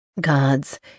Gods